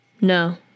No